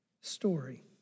story